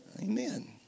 Amen